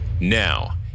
Now